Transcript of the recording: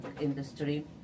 industry